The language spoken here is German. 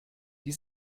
die